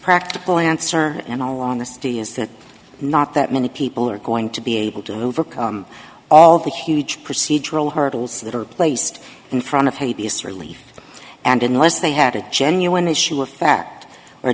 practical answer in all honesty is that not that many people are going to be able to overcome all the huge procedural hurdles that are placed in front of haiti's relief and unless they had a genuine issue of fact